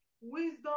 wisdom